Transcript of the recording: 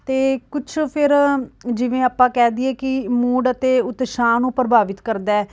ਅਤੇ ਕੁਛ ਫਿਰ ਜਿਵੇਂ ਆਪਾਂ ਕਹਿ ਦੇਈਏ ਕਿ ਮੂਡ ਅਤੇ ਉਤਸ਼ਾਹ ਨੂੰ ਪ੍ਰਭਾਵਿਤ ਕਰਦਾ